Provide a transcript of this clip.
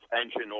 engine